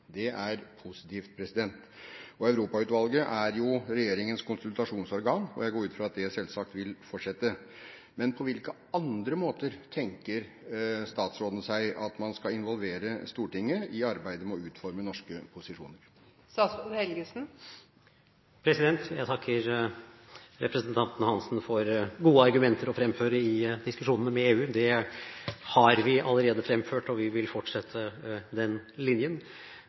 Det er positivt. Europautvalget er regjeringens konsultasjonsorgan, og jeg går ut fra at det selvsagt vil fortsette. Men på hvilke andre måter tenker statsråden seg at man skal involvere Stortinget i arbeidet med å utforme norske posisjoner? Jeg takker representanten Hansen for gode argumenter å fremføre i diskusjonene med EU. Det har vi allerede fremført og vi vil fortsette den linjen.